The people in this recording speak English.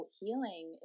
healing